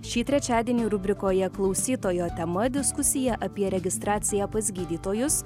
šį trečiadienį rubrikoje klausytojo tema diskusija apie registraciją pas gydytojus